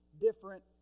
different